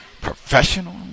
professional